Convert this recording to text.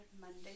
Monday